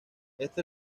este